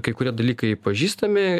kai kurie dalykai pažįstami